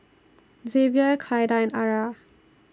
Xavier Clyda and Arah